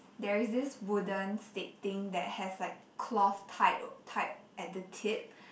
there is this wooden stick thing that has like cloth tied tied at the tip